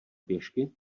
pěšky